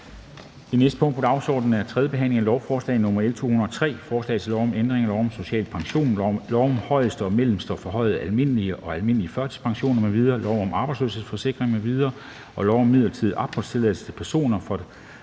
næste punkt på dagsordenen er: 38) 3. behandling af lovforslag nr. L 203: Forslag til lov om ændring af lov om social pension, lov om højeste, mellemste, forhøjet almindelig og almindelig førtidspension m.v., lov om arbejdsløshedsforsikring m.v. og lov om midlertidig opholdstilladelse til personer,